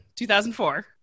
2004